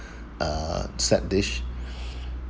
uh set dish